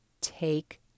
take